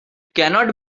cannot